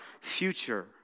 future